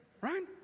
right